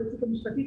היועצת המשפטית,